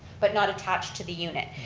but not attached to the unit.